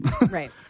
Right